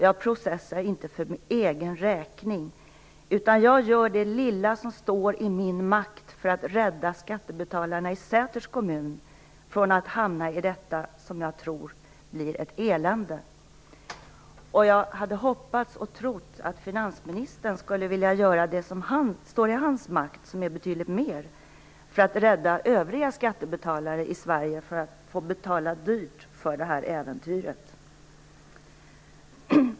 Jag processar inte för min egen räkning, utan jag gör det lilla som står i min makt för att rädda skattebetalarna i Säters kommun från att hamna i detta, som jag tror blir ett elände. Jag hade hoppats och trott att finansministern skulle vilja göra det som står i hans makt, som är betydligt mer, för att rädda övriga skattebetalare i Sverige från att få betala dyrt för det här äventyret.